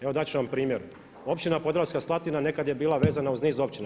Evo dat ću vam primjer, općina Podravska Slatina nekada je bila vezana uz niz općina.